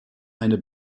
eine